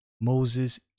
Moses